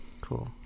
cool